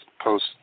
post